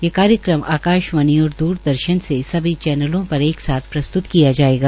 ये कार्यक्रम आकाशवाणी और द्रदर्शन से सभी चैनलों पर एक साथ प्रस्तुत किया जायेगा